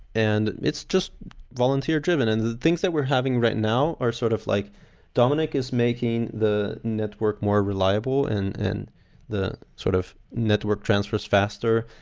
and it's just volunteer-driven. and the things that we're having right now are sort of like domenic is making the network more reliable in and the sort of network transfers faster.